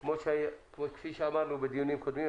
כפי שאמרנו בדיונים קודמים,